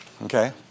Okay